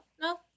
No